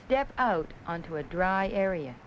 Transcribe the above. step out onto a dry area